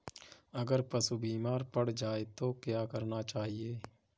अगर पशु बीमार पड़ जाय तो क्या करना चाहिए?